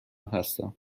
هستم